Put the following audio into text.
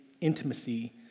intimacy